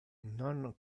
non